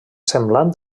semblant